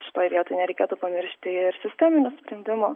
šitoj vietoj nereikėtų pamiršti ir sisteminio sprendimo